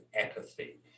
apathy